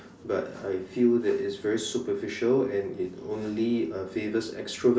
but I feel that it's very superficial and it only uh favors extrovert